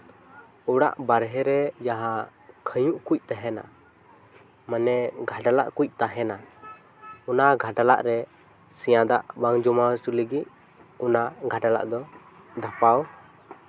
ᱚᱲᱟᱜ ᱵᱟᱦᱨᱮ ᱨᱮ ᱡᱟᱦᱟᱸ ᱠᱷᱟᱹᱭᱩᱜ ᱠᱩᱡ ᱛᱟᱦᱮᱱᱟ ᱢᱟᱱᱮ ᱜᱟᱰᱞᱟᱜ ᱠᱩᱡ ᱛᱟᱦᱮᱱᱟ ᱚᱱᱟ ᱜᱟᱰᱞᱟᱜ ᱨᱮ ᱥᱮᱭᱟ ᱫᱟᱜ ᱵᱟᱝ ᱡᱚᱢᱟ ᱦᱚᱪᱚᱭ ᱞᱟᱹᱜᱤᱫ ᱚᱱᱟ ᱜᱟᱰᱞᱟᱜ ᱫᱚ ᱫᱷᱟᱯᱟᱣ